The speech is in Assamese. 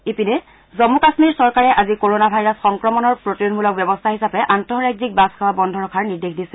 ইপিনে জম্ম কাম্মীৰ চৰকাৰে আজি কৰনা ভাইৰাছ সংক্ৰমণৰ প্ৰতিৰোধমূলক ব্যৱস্থা হিচাপে আন্তঃৰাজ্যিক বাছ সেৱা বন্ধ ৰখাৰ নিৰ্দেশ দিছে